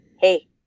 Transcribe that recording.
Hey